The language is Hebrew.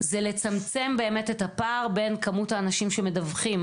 הוא לצמצם את הפער בין כמות האנשים שמדווחים